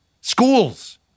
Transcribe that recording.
Schools